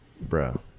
bro